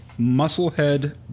Musclehead